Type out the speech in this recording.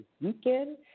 weekend